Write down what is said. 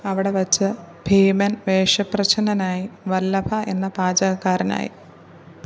അവിടെ വച്ച് ഭീമൻ വേഷപ്രച്ഛന്നനായി വല്ലഭ എന്ന പാചകക്കാരനായി